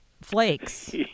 flakes